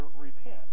repent